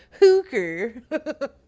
hooker